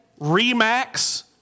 Remax